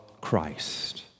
Christ